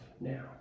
now